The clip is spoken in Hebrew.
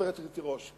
חברת הכנסת תירוש,